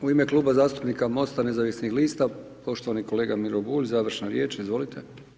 U ime Kluba zastupnika MOST-a nezavisnih lista, poštovani kolega Miro Bulj, završna riječ, izvolite.